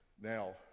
now